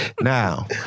Now